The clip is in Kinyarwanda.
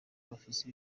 bafise